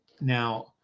Now